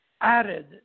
added